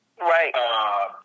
Right